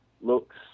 looks